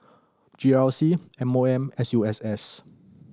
G R C M O M and S U S S